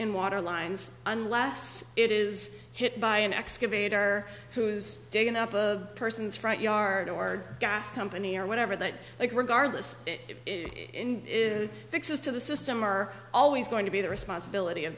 in water lines unless it is hit by an excavator who's digging up a person's front yard or gas company or whatever they like regardless fixes to the system are always going to be the responsibility of